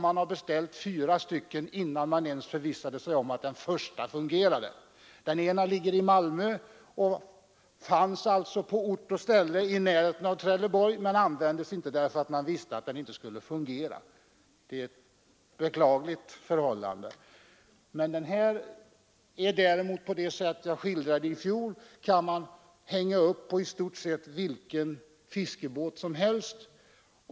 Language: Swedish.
Man har beställt fyra stycken utan att ens förvissa sig om att den första fungerade. En ligger i Malmö och fanns på ort och ställe i närheten av Trelleborg vid Jawachtaolyckan, men man använde den inte eftersom man visste att den inte skulle fungera. Det är ett beklagligt förhållande. Den här oljeupptagaren kan på det sätt som jag skildrade i fjol hängas upp på vilken fiskebåt som helst.